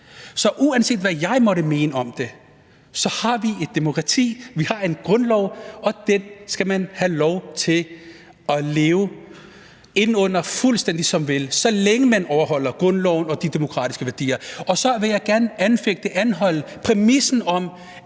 Så uanset hvad jeg måtte mene om det, har vi et demokrati, vi har en grundlov, og den skal man have lov til at leve under, fuldstændig som man vil, så længe man overholder grundloven og de demokratiske værdier. Og så vil jeg gerne anfægte og anholde præmissen om